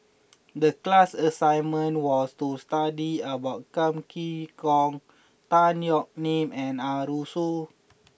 the class assignment was to study about Kam Kee Yong Tan Yeok Nee and Arasu